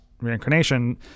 reincarnation